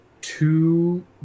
two